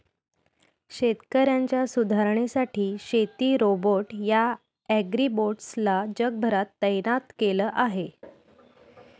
शेतकऱ्यांच्या सुधारणेसाठी शेती रोबोट या ॲग्रीबोट्स ला जगभरात तैनात केल आहे